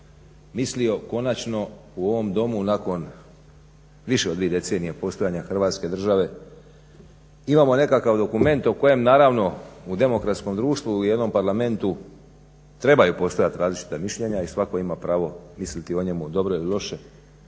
mislio, konačno u ovom Domu nakon više o dvije decenije postojanja Hrvatske države imamo nekakav dokument o kojem naravno u demokratskom društvu u jednom Parlamentu trebaju postojati različita mišljenja i svatko ima pravo misliti o njemu dobro ili loše.